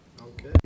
Okay